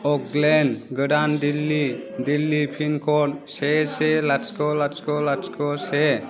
अकलेण्ड गोदान Delhi Delhi pin code से लाथिख' लाथिख' लाथिख' से